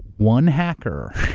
one hacker.